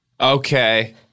Okay